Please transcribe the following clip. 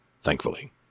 thankfully